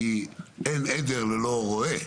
כי אין עדר ללא רועה.